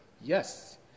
Yes